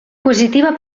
positiva